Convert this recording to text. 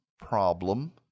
problem